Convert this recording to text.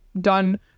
done